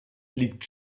liegt